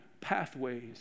pathways